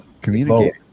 communicate